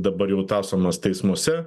dabar jau tąsomas teismuose